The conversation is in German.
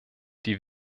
die